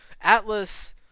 Atlas